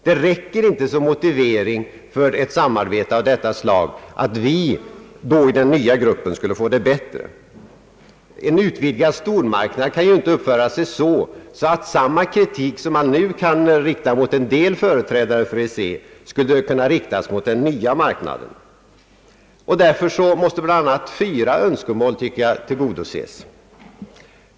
Det räcker inte så som motivering för ett samarbete av detta slag, att vi då i den nya gruppen skall få det bättre. En utvidgad stormarknad kan ju inte uppföra sig så, att samma kritik, som man nu kan rikta mot en del företrädare för EEC, skulle kunna riktas mot den nya gruppen, Därför måste bl.a. fyra önskemål, tycker jag, tillgodoses.